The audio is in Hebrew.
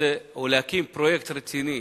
להקים פרויקט רציני